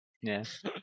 Yes